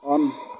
on